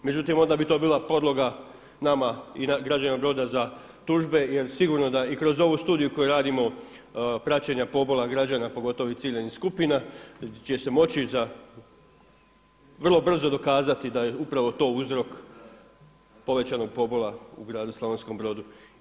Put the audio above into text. Međutim, onda bi to bila podloga nama i građanima Broda za tužbe jer sigurno da i kroz ovu studiju koju radimo praćenja pobola građana pogotovo ovih ciljanih skupina će se moći vrlo brzo dokazati da je upravo to uzrok povećanog pobola u gradu Slavonskom Brodu.